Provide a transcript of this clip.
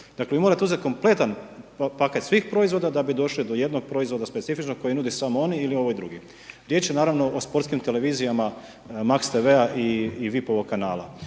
Dakle vi morate uzeti kompletan paket svih proizvoda da bi došli do jednog proizvoda specifičnog kojeg nude samo oni ili ovi drugi. Riječ je naravno o sportskim televizijama MAX TV-a i VIP-ovog kanala.